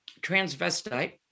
transvestite